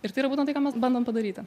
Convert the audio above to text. ir tai yra būtent tai ką mes bandom padaryti